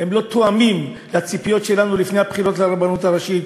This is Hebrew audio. אינם תואמים את הציפיות שלנו לפני הבחירות לרבנות הראשית,